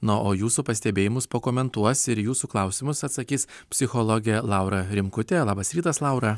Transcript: na o jūsų pastebėjimus pakomentuos ir į jūsų klausimus atsakys psichologė laura rimkutė labas rytas laura